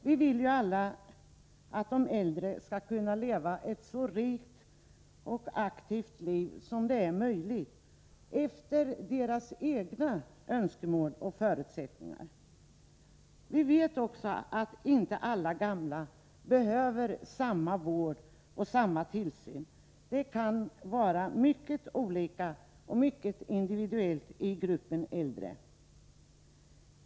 Vi vill ju alla att de äldre skall kunna leva ett så rikt och aktivt liv som möjligt efter sina egna önskemål och förutsättningar. Vi vet också att inte alla gamla behöver samma vård och samma tillsyn. Det kan vara mycket olika och mycket individuellt inom gruppen äldre.